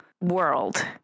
world